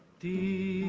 the